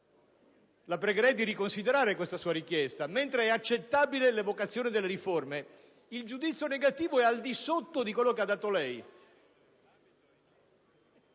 la pregherei di riconsiderare questa sua richiesta. Mentre è accettabile l'evocazione delle riforme, il giudizio negativo è al di sotto di quello che ha dato lei.